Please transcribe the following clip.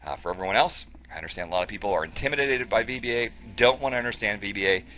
ah for everyone else, i understand a lot of people are intimidated by vba, don't want to understand vba,